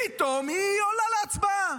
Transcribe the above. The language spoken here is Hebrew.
פתאום היא עולה להצבעה.